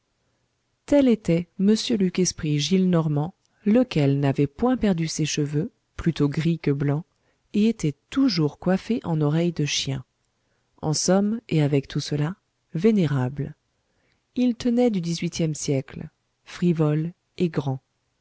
tel était m luc esprit gillenormand lequel n'avait point perdu ses cheveux plutôt gris que blancs et était toujours coiffé en oreilles de chien en somme et avec tout cela vénérable il tenait du dix-huitième siècle frivole et grand